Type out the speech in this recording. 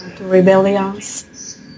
rebellions